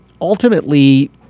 ultimately